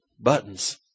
buttons